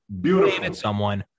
Beautiful